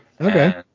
okay